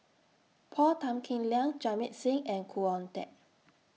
Paul Tan Kim Liang Jamit Singh and Khoo Oon Teik